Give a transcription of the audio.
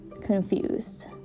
confused